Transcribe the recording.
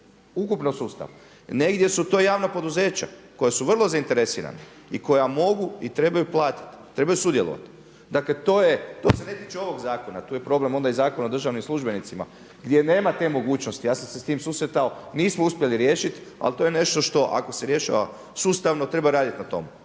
ukupno sustav. Negdje su to javna poduzeća koja su vrlo zainteresirana i koja mogu i trebaju platiti, trebaju sudjelovati. Dakle, to se ne tiče ovog zakona, to je onda problem i Zakona o državnim službenicima, gdje nema te mogućnosti. Ja sam se s tim susretao, nismo uspjeli riješiti, ali to je nešto što ako se rješava sustavno treba raditi na tom.